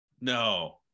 No